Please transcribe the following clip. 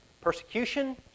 Persecution